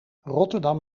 rotterdam